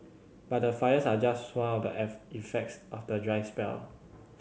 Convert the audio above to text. but the fires are just one of the effects of the dry spell